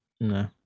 No